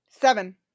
seven